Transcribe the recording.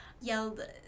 yelled